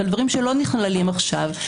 על דברים שלא נכללים עכשיו.